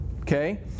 okay